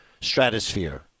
stratosphere